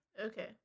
Okay